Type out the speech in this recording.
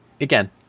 again